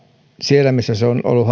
siellä missä se on ollut